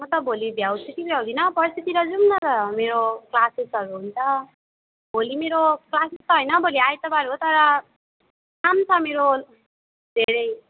म त भोलि भ्याउँछु कि भ्याउँदिनँ पर्सितिर जाऔँ न त मेरो क्लासेसहरू हुन्छ भोलि मेरो क्लासेस त हैन भोलि आइतबार हो तर काम छ मेरो धेरै